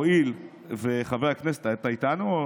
הואיל וחבר הכנסת מסרב, אתה איתנו?